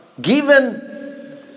given